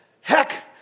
Heck